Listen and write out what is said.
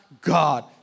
God